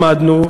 למדנו,